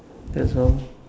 that's all